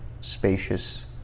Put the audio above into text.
spacious